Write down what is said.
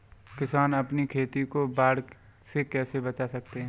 किसान अपनी खेती को बाढ़ से कैसे बचा सकते हैं?